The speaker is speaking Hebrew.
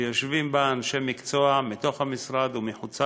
ויושבים בה אנשי מקצוע מתוך המשרד ומחוצה